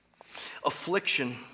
Affliction